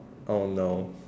oh no